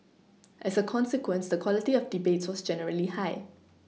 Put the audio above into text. as a consequence the quality of debates was generally high